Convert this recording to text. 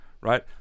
right